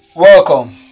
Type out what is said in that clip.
Welcome